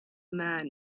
man